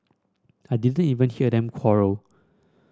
I didn't even hear them quarrel